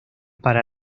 para